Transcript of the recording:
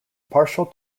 partial